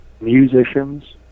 musicians